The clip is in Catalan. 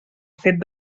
fet